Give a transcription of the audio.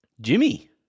Jimmy